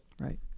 Right